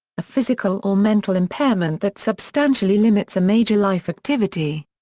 a physical or mental impairment that substantially limits a major life activity.